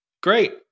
Great